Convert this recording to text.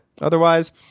Otherwise